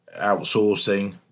outsourcing